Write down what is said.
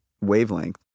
wavelength